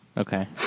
Okay